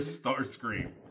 starscream